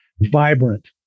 vibrant